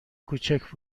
کوچک